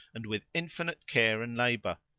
and with infinite care and labour.